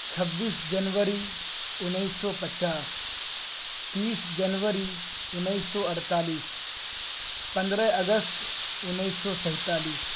چھبیس جنوری انیس سو پچاس تیس جنوری انیس سو اڑتالیس پندرہ اگست انیس سو سینتالیس